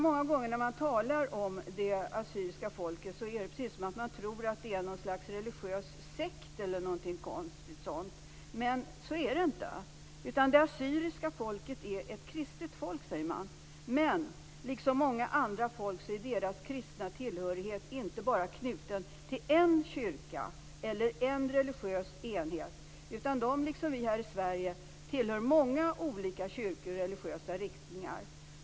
Många gånger när man talar om det assyriska folket är det precis som att man tror att det är något slags religiös sekt eller liknande. Men så är det inte. Det assyriska folket är ett kristet folk, säger man. Men liksom många andra folk är det assyriska folkets kristna tillhörighet inte bara knuten till en kyrka eller en religiös enhet, utan det assyriska folket, liksom vi här i Sverige, tillhör många olika kyrkor och religiösa riktningar.